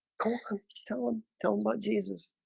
tell him tell him but jesus